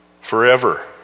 Forever